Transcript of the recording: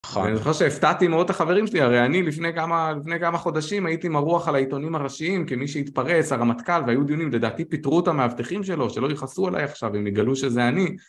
אני חושב שהפתעתי מאוד את החברים שלי, הרי אני לפני כמה חודשים הייתי מרוח על העיתונים הראשיים כמי שהתפרץ, הרמטכ"ל, והיו דיונים לדעתי פטרו אותם מהבטיחים שלו, שלא ייכעסו עליי עכשיו אם יגלו שזה אני.